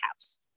house